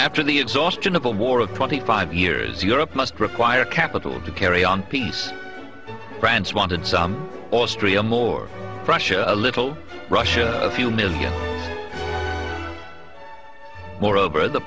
the exhaustion of a war of twenty five years europe must require capital to carry on peace france wanted austria more russia a little russia a few million more over the